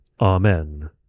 Amen